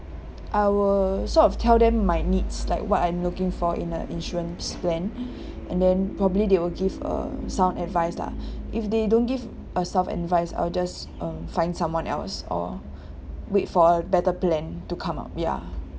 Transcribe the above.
I will sort of tell them my needs like what I'm looking for in a insurance plan and then probably they will give a sound advice lah if they don't give a sound advice I will just uh find someone else or wait for a better plan to come up ya